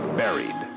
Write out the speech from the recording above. buried